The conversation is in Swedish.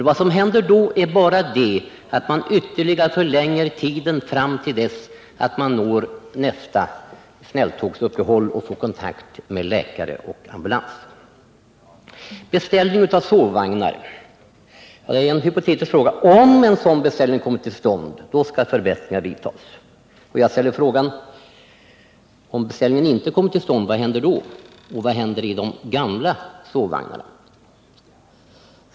Vad som händer då är att man bara ytterligare förlänger tiden fram till dess man når nästa snälltågsuppehåll och får kontakt med läkare och ambulans. Nästa fråga gäller en hypotes: Om en beställning av sovvagnar kommer till stånd skall förbättringar vidtas, sägs det i svaret. Vad händer om beställningen inte kommer till stånd? Vad händer i de gamla sovvagnarna?